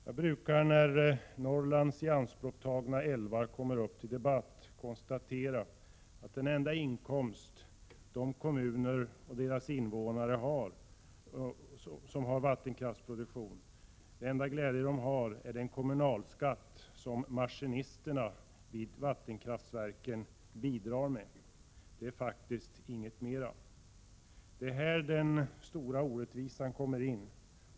Jag brukar, när Norrlands ianspråktagna älvar kommer upp till debatt, konstatera att den enda inkomst kommunerna och deras invånare har av sin vattenkraftsproduktion är den kommunalskatt som maskinisterna vid vattenkraftverken bidrar med. Det är faktiskt inget mera. Det är här den stora orättvisan kommer in.